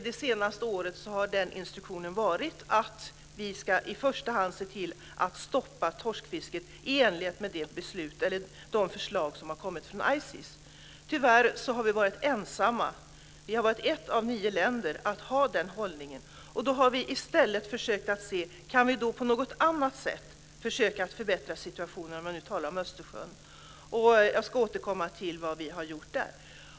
Det senaste året har den instruktionen varit att vi i första hand ska se till att stoppa torskfisket i enlighet med de förslag som har kommit från ICES. Tyvärr har vi varit ensamma. Vi har varit det enda av nio länder som haft den hållningen. I stället har vi försökt att se efter om vi på något annat sätt kan försöka förbättra situationen, om jag nu talar om Östersjön. Jag ska återkomma till vad vi har gjort där.